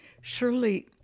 surely